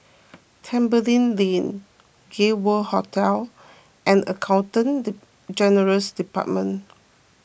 Tembeling Lane Gay World Hotel and Accountant General's Department